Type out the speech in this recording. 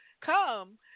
come